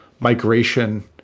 migration